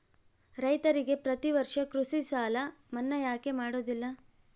ರೈತರಿಗೆ ಪ್ರತಿ ವರ್ಷ ಕೃಷಿ ಸಾಲ ಮನ್ನಾ ಯಾಕೆ ಮಾಡೋದಿಲ್ಲ?